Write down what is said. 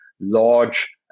large